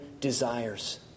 desires